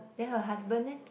then her husband leh